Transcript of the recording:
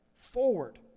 Forward